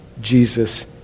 Jesus